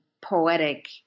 poetic